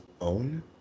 own